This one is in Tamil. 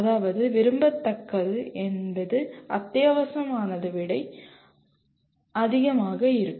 அதாவது விரும்பத்தக்கது என்பது அத்தியாவசியமானதை விட அதிகமாக இருக்கும்